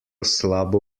slabo